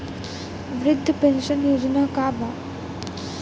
वृद्ध पेंशन योजना का बा?